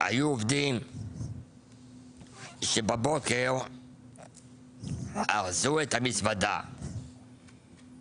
היו עובדים שבבוקר ארזו את המזוודה והלכו